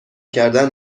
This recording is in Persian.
کردن